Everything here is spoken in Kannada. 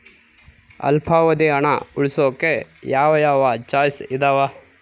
ಅಲ್ಪಾವಧಿ ಹಣ ಉಳಿಸೋಕೆ ಯಾವ ಯಾವ ಚಾಯ್ಸ್ ಇದಾವ?